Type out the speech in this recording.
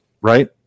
Right